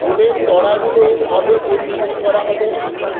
ফুলের তোড়াগুলো কবে ডেলিভারি করা হবে